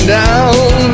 down